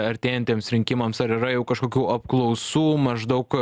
artėjantiems rinkimams ar yra jau kažkokių apklausų maždaug